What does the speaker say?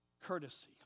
courtesy